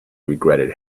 regretted